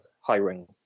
hiring